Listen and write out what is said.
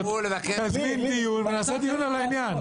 תזמין דיון ונקיים דיון על העניין.